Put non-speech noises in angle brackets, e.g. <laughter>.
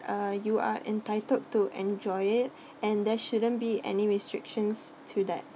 uh you are entitled to enjoy it <breath> and there shouldn't be any restrictions to that